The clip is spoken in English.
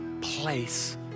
place